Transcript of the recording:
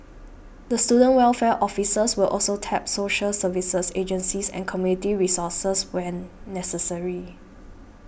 the student welfare officers will also tap social services agencies and community resources where necessary